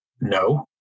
No